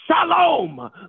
Shalom